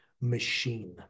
machine